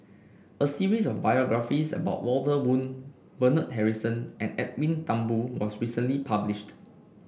a series of biographies about Walter Woon Bernard Harrison and Edwin Thumboo was recently published